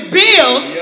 build